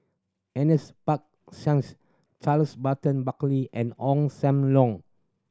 Ernest P Shanks Charles Burton Buckley and Ong Sam Leong